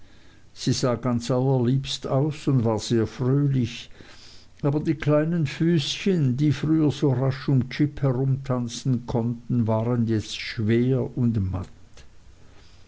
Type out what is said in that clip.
sie sah ganz allerliebst aus und war sehr fröhlich aber die kleinen füßchen die früher so rasch um jip herumtanzen konnten waren jetzt schwer und matt